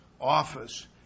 office